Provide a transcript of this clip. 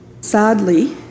Sadly